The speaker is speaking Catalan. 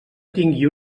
tingui